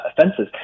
offenses